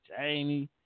Jamie